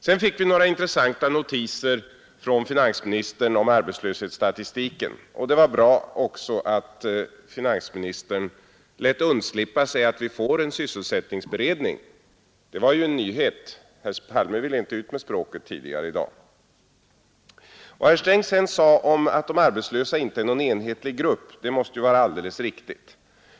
Sedan fick vi några intressanta notiser från finansministern om arbetslöshetsstatistiken. Det var bra också att finansministern lät undslippa sig att vi får en sysselsättningsberedning. Det var en nyhet. Herr Palme ville inte ut med språket tidigare i dag. Vad herr Sträng sedan sade om att de arbetslösa inte är någon enhetlig grupp måste vara alldeles riktigt.